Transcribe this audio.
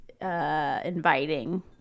inviting